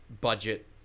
budget